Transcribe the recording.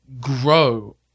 grow